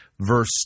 verse